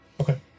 Okay